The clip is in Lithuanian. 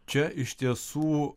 čia iš tiesų